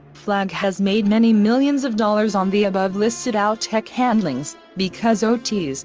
flag has made many millions of dollars on the above listed out tech handlings, because ots,